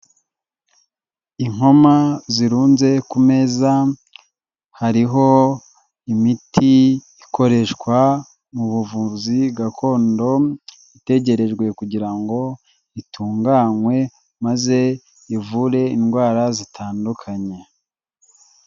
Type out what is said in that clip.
Inkoma zirunze ku meza, hariho imiti ikoreshwa mu buvuzi gakondo, itegerejwe kugira ngo itunganywe maze ivure indwara zitandukanye.